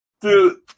Dude